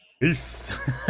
Peace